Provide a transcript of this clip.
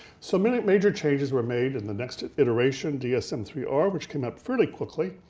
so many major changes were made in the next iteration, dsm-iii-r, which came out fairly quickly.